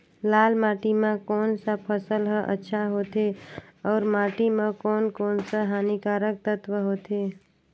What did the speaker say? लाल माटी मां कोन सा फसल ह अच्छा होथे अउर माटी म कोन कोन स हानिकारक तत्व होथे?